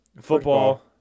football